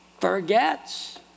forgets